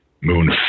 Moon